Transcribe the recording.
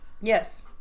Yes